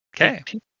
Okay